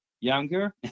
younger